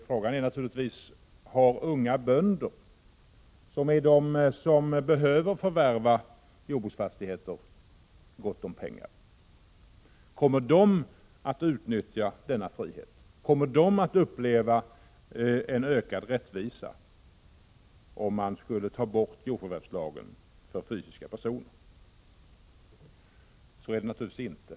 Frågan är naturligtvis om unga bönder, som verkligen behöver förvärva jordbruksfastigheter, har gott om pengar. Kommer de att kunna utnyttja denna frihet? Kommer de att uppleva en ökad rättvisa, om man skulle ta bort jordförvärvslagen för fysiska personer? Så är det naturligtvis inte.